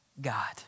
God